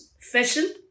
fashion